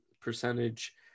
percentage